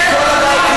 כל הבית,